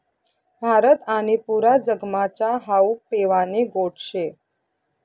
भारत आणि पुरा जगमा च्या हावू पेवानी गोट शे